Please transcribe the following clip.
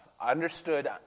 understood